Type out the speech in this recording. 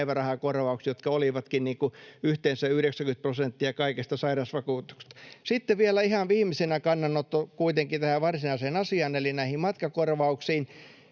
päivärahakorvaukset, jotka olivatkin yhteensä 90 prosenttia kaikesta sairausvakuutuksesta. Sitten vielä ihan viimeisenä kannanotto kuitenkin tähän varsinaiseen asiaan eli näihin matkakorvauksiin.